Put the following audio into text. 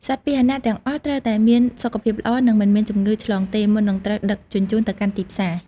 សត្វពាហនៈទាំងអស់ត្រូវតែមាន សុខភាពល្អ និងមិនមានជំងឺឆ្លងទេ មុននឹងត្រូវដឹកជញ្ជូនទៅកាន់ទីផ្សារ។